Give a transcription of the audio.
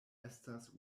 estas